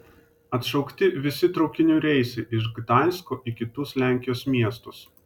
atšaukti visi traukinių reisai iš gdansko į kitus lenkijos miestus